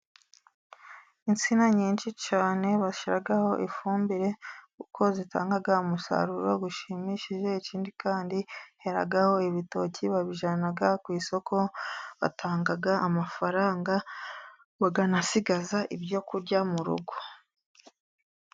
Insina nyinshi cyane bashyiraho ifumbire, kuko zitanga umusaruro ushimishije. Ikindi kandi heraho ibitoki, babijyana ku isoko batanga amafaranga, bakanasigaza ibyo kurya mu rugo.